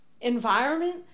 environment